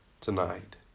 Tonight